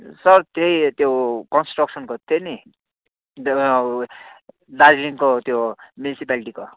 sir त्यही त्यो कन्सट्रक्सनको त्यही नि दार्जिलिङको त्यो म्युन्सिपाल्टीको